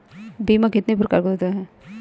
बीमा कितनी प्रकार के होते हैं?